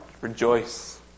rejoice